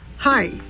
Hi